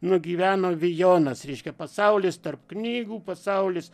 nugyveno vijonas reiškia pasaulis tarp knygų pasaulis